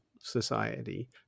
society